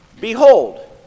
behold